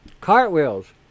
cartwheels